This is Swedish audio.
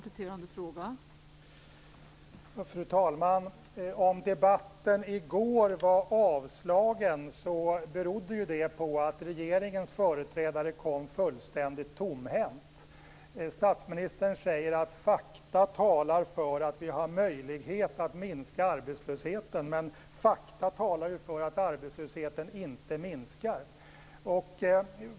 Fru talman! Om debatten i går var avslagen berodde det på att regeringens företrädare kom fullständigt tomhänt. Statsministern säger att fakta talar för att vi har möjlighet att minska arbetslösheten, men fakta talar ju för att arbetslösheten inte minskar.